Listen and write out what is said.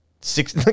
Six